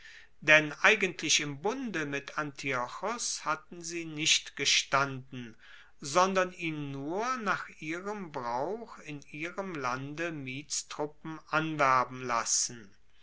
denn eigentlich im bunde mit antiochos hatten sie nicht gestanden sondern ihn nur nach ihrem brauch in ihrem lande mietstruppen anwerben lassen